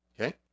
Okay